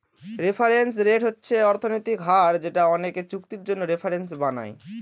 reference rate হচ্ছে অর্থনৈতিক হার যেটা অনেকে চুক্তির জন্য রেফারেন্স বানায়